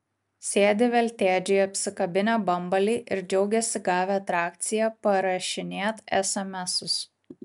sėdi veltėdžiai apsikabinę bambalį ir džiaugiasi gavę atrakciją parašinėt esemesus